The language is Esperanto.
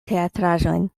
teatraĵojn